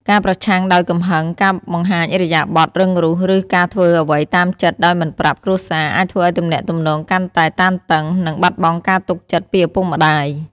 ការប្រឆាំងដោយកំហឹង ការបង្ហាញឥរិយាបថរឹងរូស ឬ ការធ្វើអ្វីតាមចិត្តដោយមិនប្រាប់ គ្រួសារ អាចធ្វើឲ្យទំនាក់ទំនងកាន់តែតានតឹង និង បាត់បង់ការទុកចិត្ត ពីឪពុកម្ដាយ។